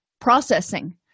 processing